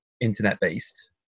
internet-based